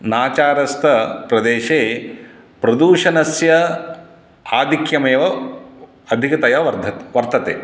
नाचारस्थप्रदेशे प्रदूषणस्य आधिक्यमेव अधिकतया वर्धते वर्तते